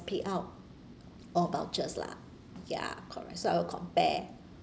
payout or vouchers lah ya correct so I'll compare